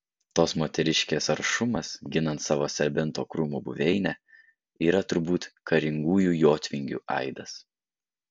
tos moteriškės aršumas ginant savo serbento krūmo buveinę yra turbūt karingųjų jotvingių aidas